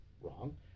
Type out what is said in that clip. wrong